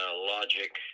logic